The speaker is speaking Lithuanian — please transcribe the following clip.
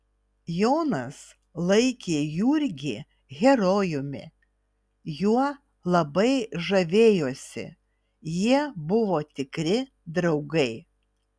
jonas laikė jurgį herojumi juo labai žavėjosi jie buvo tikri draugai